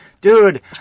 Dude